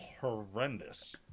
horrendous